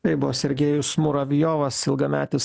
tai buvo sergėjus muravjovas ilgametis